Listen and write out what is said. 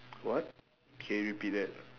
what can you repeat that